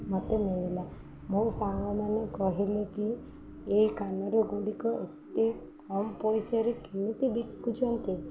ମୋତେ ମିଳିଲା ମୋ ସାଙ୍ଗମାନେ କହିଲେ କି ଏଇ କାନରଗୁଡ଼ିକ ଏତେ କମ୍ ପଇସାରେ କେମିତି ବିକୁଛନ୍ତି